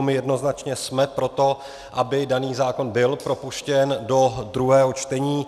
My jednoznačně jsme pro to, aby daný zákon byl propuštěn do druhého čtení.